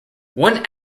one